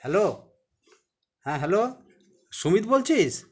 hello হ্যাঁ hello Sumit বলছিস